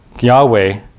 Yahweh